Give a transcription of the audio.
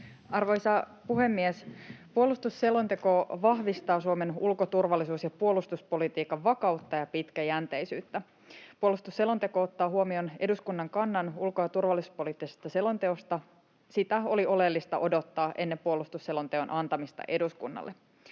Arvoisa puhemies! Puolustusselonteko vahvistaa suomen ulko-, turvallisuus- ja puolustuspolitiikan vakautta ja pitkäjänteisyyttä. Puolustusselonteko ottaa huomioon eduskunnan kannan ulko- ja turvallisuuspoliittisesta selonteosta. Sitä oli oleellista odottaa ennen puolustusselonteon antamista eduskunnalle.